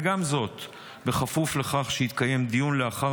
וגם זאת בכפוף לכך שיתקיים דיון לאחר